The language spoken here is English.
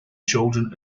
children